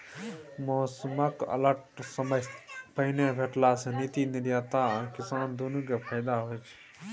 मौसमक अलर्ट समयसँ पहिने भेटला सँ नीति निर्माता आ किसान दुनु केँ फाएदा होइ छै